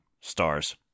stars